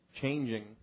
changing